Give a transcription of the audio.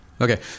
Okay